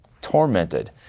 tormented